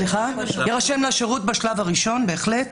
יירשם לשירות בשלב הראשון, בהחלט.